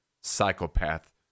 Psychopath